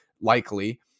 likely